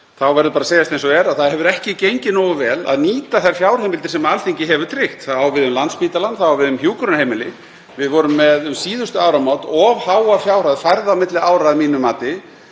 þá verður bara að segjast eins og er að það hefur ekki gengið nógu vel að nýta þær fjárheimildir sem Alþingi hefur tryggt. Það á við um Landspítalann, það á við um hjúkrunarheimili. Við vorum með um síðustu áramót of háa fjárhæð færða á milli ára að mínu mati